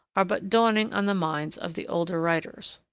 are but dawning on the minds of the older writers.